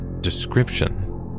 description